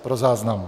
Pro záznam.